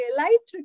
light